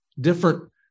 different